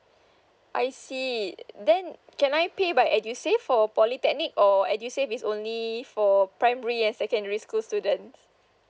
I see then can I pay by edusave for polytechnic or edusave is only for primary and secondary school students